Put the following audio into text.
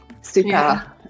super